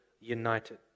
united